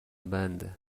بنده